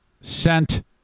sent